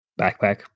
Backpack